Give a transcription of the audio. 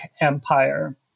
empire